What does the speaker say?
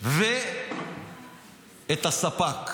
ואת הספ"כ.